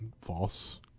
False